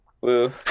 woo